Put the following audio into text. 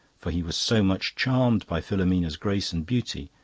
for he was so much charmed by filomena's grace and beauty,